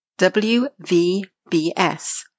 WVBS